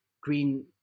green